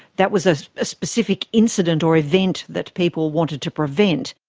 that was a specific incident or event that people wanted to prevent.